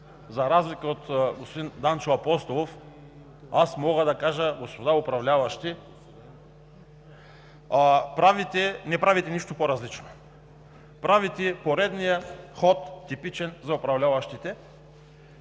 За разлика от господин Йордан Апостолов, аз мога да кажа: господа управляващи, не правите нищо по-различно. Правите поредния ход типичен за управляващите: